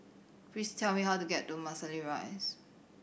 please tell me how to get to Marsiling Rise